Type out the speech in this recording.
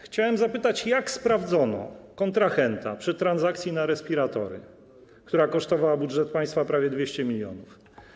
Chciałem zapytać, jak sprawdzono kontrahenta przy transakcji na respiratory, która kosztowała budżet państwa prawie 200 mln?